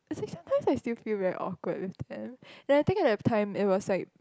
actually sometimes I still feel very awkward with them then I think that time it was like